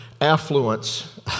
affluence